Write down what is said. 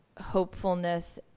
hopefulness